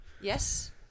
Yes